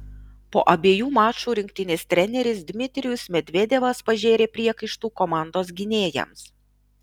po abiejų mačų rinktinės treneris dmitrijus medvedevas pažėrė priekaištų komandos gynėjams